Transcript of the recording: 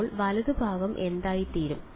അപ്പോൾ വലതുഭാഗം എന്തായിത്തീരും